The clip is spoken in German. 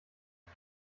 ich